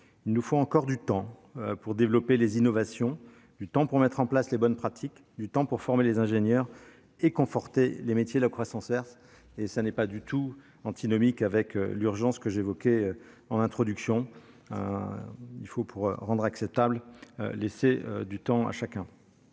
Il nous faut encore du temps pour développer les innovations, du temps pour mettre en place les bonnes pratiques, du temps pour former les ingénieurs et conforter les métiers de la croissance verte. Et il n'y a là rien de contradictoire avec l'urgence que j'évoquais au début de mon propos : il faut laisser du temps à chacun.